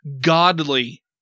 godly